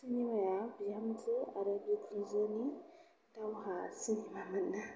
सिनेमाया बिहामजो आरो बिखुनजो दावहा सिनेमा मोन ना